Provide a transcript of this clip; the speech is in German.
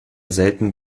selten